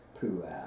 Pooh